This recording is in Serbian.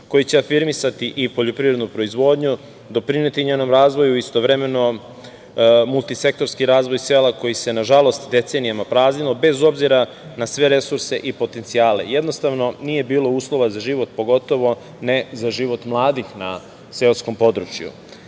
koji će afirmisati i poljoprivrednu proizvodnju, doprineti njenom razvoju i istovremeno multi-sektorski razvoj sela, koji se nažalost decenijama praznilo, bez obzira na sve resurse i potencijale. Jednostavno, nije bilo uslova za život, pogotovo ne za život mladih na seoskom području.